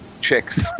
chicks